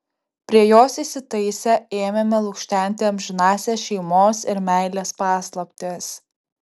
prie jos įsitaisę ėmėme lukštenti amžinąsias šeimos ir meilės paslaptis